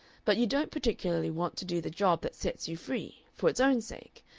but you don't particularly want to do the job that sets you free for its own sake.